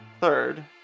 Third